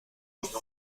jest